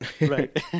Right